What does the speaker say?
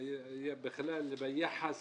ביחס